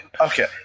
okay